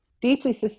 deeply